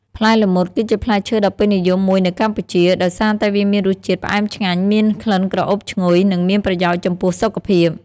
ផ្លែល្មុត គឺជាផ្លែឈើដ៏ពេញនិយមមួយនៅកម្ពុជា ដោយសារតែវាមានរសជាតិផ្អែមឆ្ងាញ់ មានក្លិនក្រអូបឈ្ងុយ និងមានប្រយោជន៍ចំពោះសុខភាព។